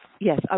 yes